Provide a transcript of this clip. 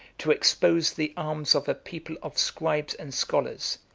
to expose the arms of a people of scribes and scholars,